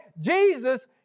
Jesus